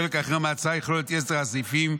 וחלק אחר מההצעה יכלול את יתר הסעיפים,